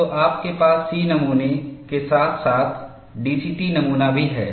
तो आपके पास C नमूने के साथ साथ डीसीटी नमूना भी है